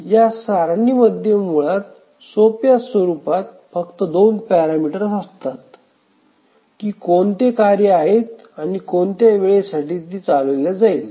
या सारणीमध्ये मुळात सोप्या स्वरुपात फक्त दोन पॅरामीटर्स असतात की कोणती कार्ये आहेत आणि कोणत्या वेळेसाठी ती चालविली जाईल